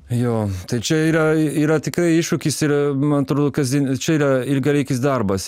jo tai čia yra yra tikrai iššūkis ir man atrodo kasdien čia yra ilgalaikis darbas